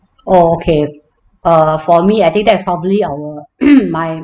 oh okay err for me I think that's probably our my